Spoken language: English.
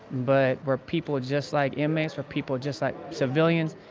but we're people just like inmates. we're people just like civilians.